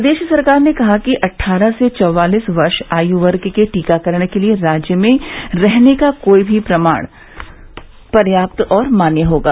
प्रदेश सरकार ने कहा है कि अट्ठारह से चौवालीस वर्ष आय वर्ग के टीकाकरण के लिए राज्य में रहने का कोई भी प्रमाण पर्याप्त और मान्य होगा